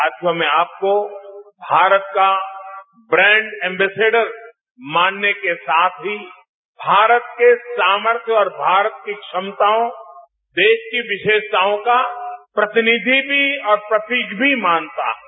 साथियों मैं आपको भारत का प्रैड एम्बेस्डर मानने के साथ ही भारत के सामर्थ और भारत की क्षमताओं देश की विशेषताओं का प्रतिनिधि भी और प्रतीक भी मानता हूं